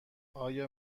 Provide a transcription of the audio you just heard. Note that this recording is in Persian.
آیا